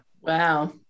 Wow